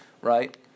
right